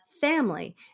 family